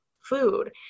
food